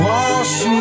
Wash